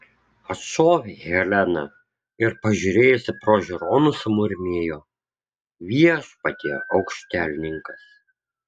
atšovė helena ir pažiūrėjusi pro žiūronus sumurmėjo viešpatie aukštielninkas